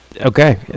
Okay